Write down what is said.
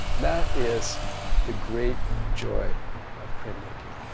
that is the great joy of printmaking.